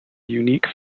unique